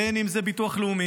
בין אם זה ביטוח לאומי,